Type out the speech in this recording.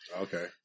Okay